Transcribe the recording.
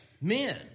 men